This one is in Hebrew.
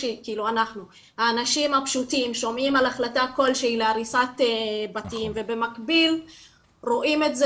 האנשים הפשוטים שומעים על החלטה כלשהיא להריסת בתים ובמקביל רואים את זה